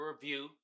review